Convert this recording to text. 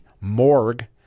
morgue